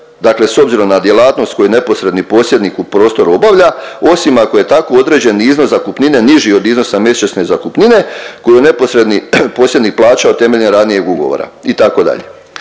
dakle s obzirom na djelatnost koju neposredni posjednik u prostoru obavlja osim ako je tako određeni iznos zakupnine niži od iznosa mjesečne zakupnine koju je neposredni posjednik plaćao temeljem ranijeg ugovora itd.